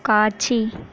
காட்சி